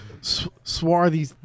Swarthy